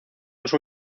los